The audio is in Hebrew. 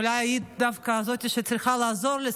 אולי היא דווקא זאת שצריכה לעזור לי,